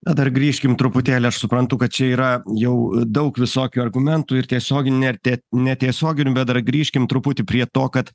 na dar grįžkim truputėlį aš suprantu kad čia yra jau daug visokių argumentų ir tiesiogin ir te netiesioginių bet dar grįžkim truputį prie to kad